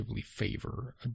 favor